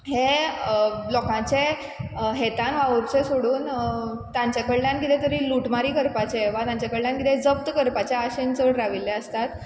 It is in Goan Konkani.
हे लोकांचे हेतान वावुरचें सोडून तांचे कडल्यान किदें तरी लुटमारी करपाचें वा तांचे कडल्यान किदें जप्त करपाचें आशेन चड राविल्ले आसतात